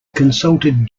consulted